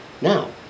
Now